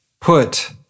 put